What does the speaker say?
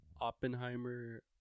oppenheimer